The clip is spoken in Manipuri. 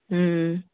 ꯎꯝ